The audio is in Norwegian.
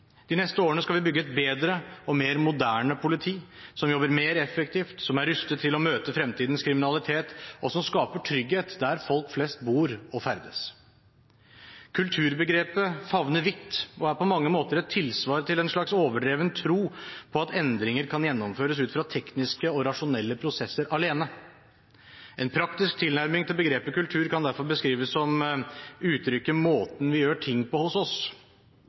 De neste årene skal vi bygge et bedre og mer moderne politi som jobber mer effektivt, som er rustet til å møte fremtidens kriminalitet, og som skaper trygghet der folk flest bor og ferdes. Kulturbegrepet favner vidt og er på mange måter et tilsvar til en slags overdreven tro på at endringer kan gjennomføres ut fra tekniske og rasjonelle prosesser alene. En praktisk tilnærming til begrepet «kultur» kan derfor beskrives som uttrykket «måten vi gjør ting på hos oss».